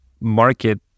market